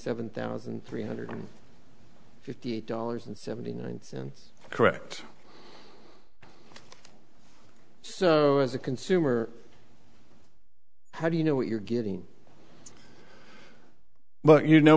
seven thousand three hundred fifty dollars and seventy nine cents correct so as a consumer how do you know what you're getting but you know